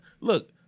Look